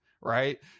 right